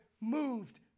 moved